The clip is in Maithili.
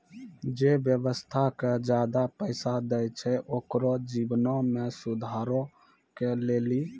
जे व्यवसाय के ज्यादा पैसा दै छै ओकरो जीवनो मे सुधारो के लेली